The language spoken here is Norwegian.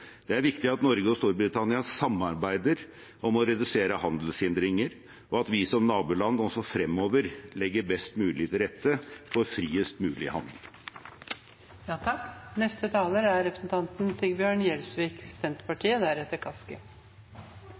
viktig at Norge og Storbritannia samarbeider om å redusere handelshindringer, og at vi som naboland også fremover legger best mulig til rette for friest mulig